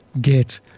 get